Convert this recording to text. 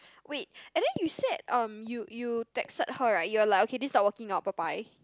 wait and then you said um you you texted her right you were like okay this not working out bye bye